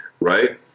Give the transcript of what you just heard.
right